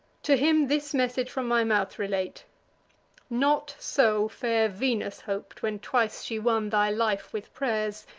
to him this message from my mouth relate not so fair venus hop'd, when twice she won thy life with pray'rs,